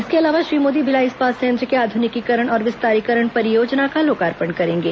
इसके अलावा श्री मोदी भिलाई इस्पात संयंत्र के आध्निकीकरण और विस्तारीकरण परियोजना का लोकार्पण करेंगे